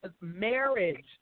marriage